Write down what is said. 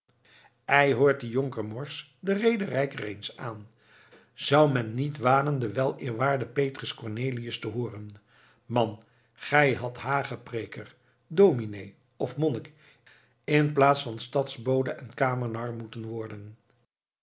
ei hoort dien jonker morsch den rederijker eens aan zou men niet wanen den weleerwaarden petrus cornelius te hooren man gij hadt hagepreeker dominé of monnik inplaats van stadsbode en kamernar moeten worden